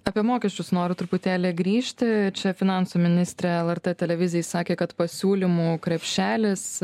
apie mokesčius noriu truputėlį grįžti čia finansų ministrė lrt televizijai sakė kad pasiūlymų krepšelis